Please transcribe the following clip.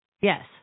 Yes